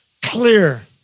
Clear